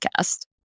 podcast